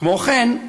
כמו כן,